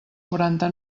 quaranta